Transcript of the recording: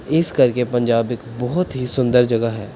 ਇਸ ਕਰਕੇ ਪੰਜਾਬ ਇੱਕ ਬਹੁਤ ਹੀ ਸੁੰਦਰ ਜਗ੍ਹਾ ਹੈ